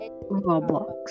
roblox